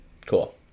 cool